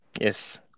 Yes